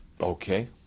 Okay